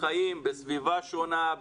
חיים בסביבה שונה,